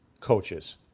coaches